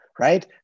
right